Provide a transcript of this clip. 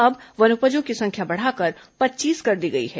अब वनोपजों की संख्या बढ़ाकर पच्चीस कर दी गई है